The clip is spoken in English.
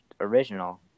original